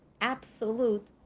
absolute